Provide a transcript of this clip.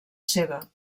seva